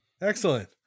excellent